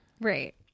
Right